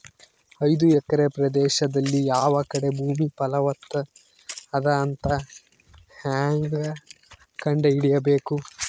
ಐದು ಎಕರೆ ಪ್ರದೇಶದಲ್ಲಿ ಯಾವ ಕಡೆ ಭೂಮಿ ಫಲವತ ಅದ ಅಂತ ಹೇಂಗ ಕಂಡ ಹಿಡಿಯಬೇಕು?